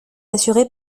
assurée